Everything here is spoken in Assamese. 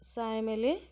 চাই মেলি